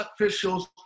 officials